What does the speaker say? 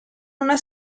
una